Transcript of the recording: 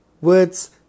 Words